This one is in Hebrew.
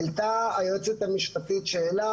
העלתה היועצת המשפטית שאלה,